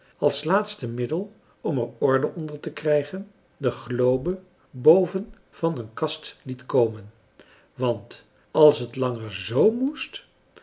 als laatste middel om er orde onder te krijgen de globe boven van een kast liet komen want als het langer z moest